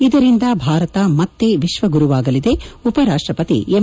ಇದರಿಂದ ಭಾರತ ಮತ್ತೆ ವಿಶ್ವಗುರುವಾಗಲಿದೆ ಉಪ ರಾಷ್ಟಪತಿ ಎಂ